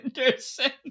Anderson